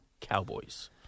Cowboys